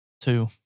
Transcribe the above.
Two